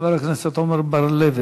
חבר הכנסת עמר בר-לב,